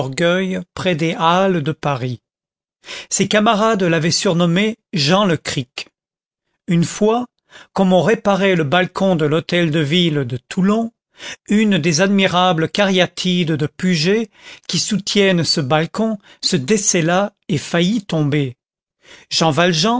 près des halles de paris ses camarades l'avaient surnommé jean le cric une fois comme on réparait le balcon de l'hôtel de ville de toulon une des admirables cariatides de puget qui soutiennent ce balcon se descella et faillit tomber jean valjean